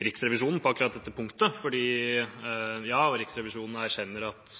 Riksrevisjonen på akkurat dette punktet. Riksrevisjonen erkjenner at